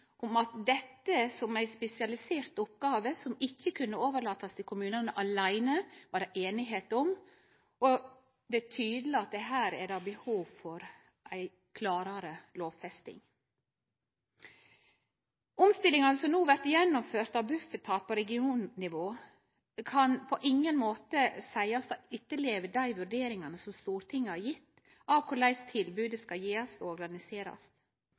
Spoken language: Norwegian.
at dette var ei spesialisert oppgåve som ikkje kunne overlatast til kommunane åleine, var det einigheit om. Det er tydeleg at her er det behov for noko klarare: ei lovfesting. Omstillingane som no blei gjennomførte av Bufetat på regionnivå, kan på ingen måte seiast å etterleve dei vurderingane som Stortinget har gjeve av korleis tilbodet skal gjevast og organiserast.